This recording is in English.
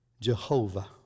Jehovah